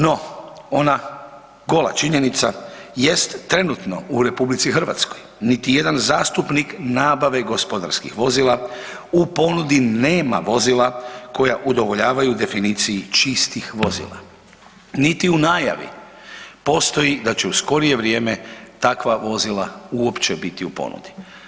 No, ona gola činjenica jest, trenutno u RH niti jedan zastupnik nabave gospodarskih vozila u ponudi nema vozila koja udovoljavaju definiciji čistih vozila, niti u najavi postoji da će u skorije vrijeme takva vozila uopće biti u ponudi.